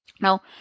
Now